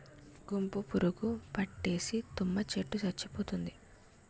గుంపు పురుగు పట్టేసి తుమ్మ చెట్టు సచ్చిపోయింది